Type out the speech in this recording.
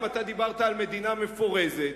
אתה דיברת גם על מדינה מפורזת.